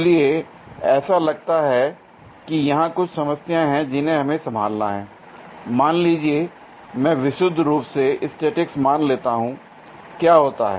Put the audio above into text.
इसलिए ऐसा लगता है कि यहां कुछ समस्याएं हैं जिन्हें हमें संभालना है l मान लीजिए मैं विशुद्ध रूप से स्टैटिक्स मान लेता हूं l क्या होता है